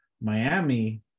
Miami